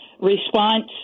Response